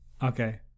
Okay